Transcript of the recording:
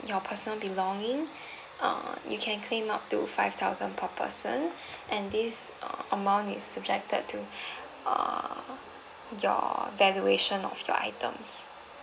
your personal belonging uh you can claim up to five thousand per person and this uh amount is subjected to err your valuation of your items